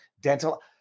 dental